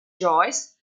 joyce